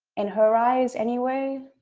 in her eyes, anyway,